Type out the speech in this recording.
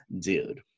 Dude